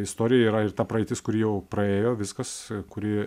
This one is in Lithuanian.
istorija yra ir ta praeitis kuri jau praėjo viskas kuri